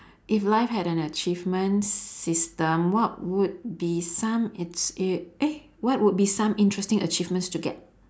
if life had an achievement system what would be some eh what would be some interesting achievements to get